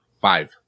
five